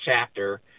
chapter